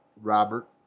Robert